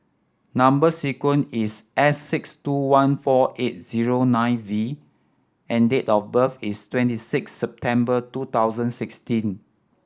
number sequence is S six two one four eight zero nine V and date of birth is twenty six September two thousand sixteen